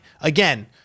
again